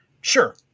Sure